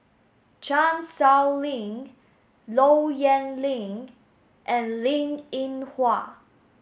Chan Sow Lin Low Yen Ling and Linn In Hua